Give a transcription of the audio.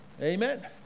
Amen